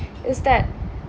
is that